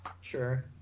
Sure